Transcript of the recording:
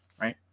right